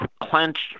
clenched